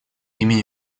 имени